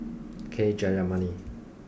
K Jayamani